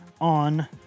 on